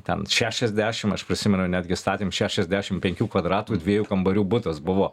ten šešiasdešim aš prisimenu netgi statėm šešiasdešim penkių kvadratų dviejų kambarių butas buvo